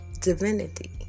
divinity